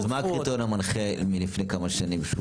אז מה הקריטריון המנחה מלפני כמה שנים?